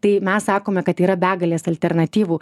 tai mes sakome kad yra begalės alternatyvų